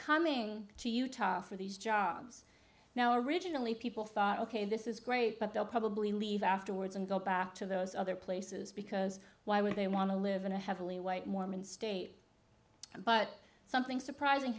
coming to utah for these jobs now originally people thought ok this is great but they'll probably leave afterwards and go back to those other places because why would they want to live in a heavily white mormon state but something surprising